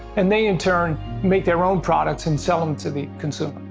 and they in turn make their own products and sell them to the consumer.